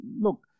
look